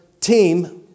team